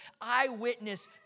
eyewitness